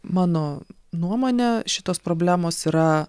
mano nuomone šitos problemos yra